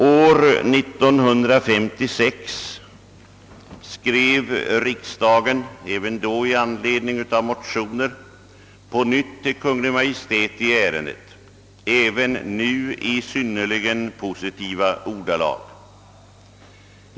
År 1956 skrev riksdagen — likaledes i anledning av motioner — på nytt till Kungl. Maj:t i ärendet, även nu i synnerligen positiva ordalag.